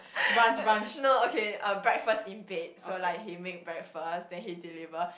no okay uh breakfast in bed so like he make breakfast then he deliver